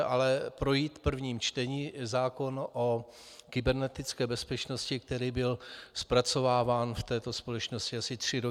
Ale projít v prvním čtení zákon o kybernetické bezpečnosti, který byl zpracováván v této společnosti asi tři roky.